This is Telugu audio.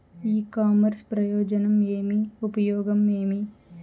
ఇ కామర్స్ ప్రయోజనం ఏమి? ఉపయోగం ఏమి?